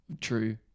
true